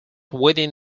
within